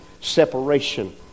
separation